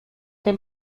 dem